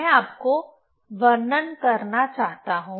मैं आपको वर्णन करना चाहता हूं